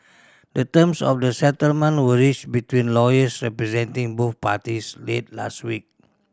the terms of the settlement were reached between lawyers representing both parties late last week